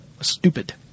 stupid